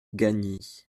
gagny